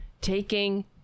taking